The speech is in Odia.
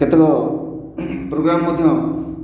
କେତକ ପ୍ରୋଗ୍ରାମ ମଧ୍ୟ